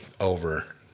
over